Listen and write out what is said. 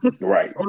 Right